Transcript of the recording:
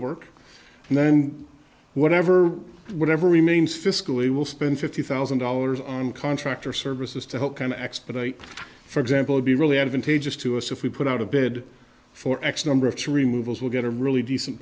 work and then whatever whatever remains fiscally will spend fifty thousand dollars on contractor services to help kind of expedite for example would be really advantageous to us if we put out of bed for x number of to remove as we get a really decent